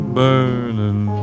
burning